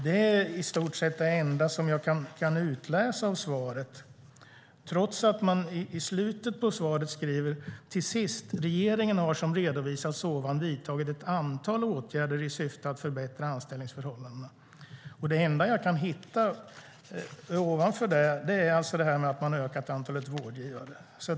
Det är i stort sett det enda jag kan utläsa av svaret, trots att socialministern i slutet av svaret säger: "Till sist, regeringen har som redovisats ovan vidtagit ett antal åtgärder i syfte att förbättra anställningsförhållandena." Det enda jag kan hitta är att man har ökat antalet vårdgivare.